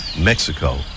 Mexico